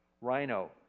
Rhino